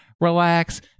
relax